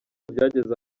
byageze